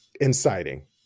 inciting